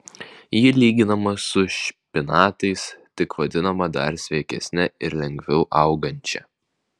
ji lyginama su špinatais tik vadinama dar sveikesne ir lengviau augančia